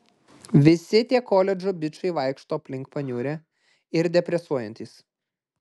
visi tie koledžo bičai vaikšto aplink paniurę ir depresuojantys